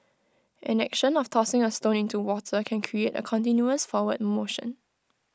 an action of tossing A stone into water can create A continuous forward motion